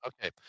Okay